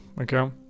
Okay